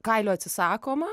kailio atsisakoma